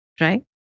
right